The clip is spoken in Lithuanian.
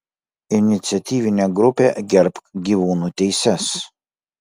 iniciatyvinė grupė gerbk gyvūnų teises